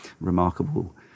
Remarkable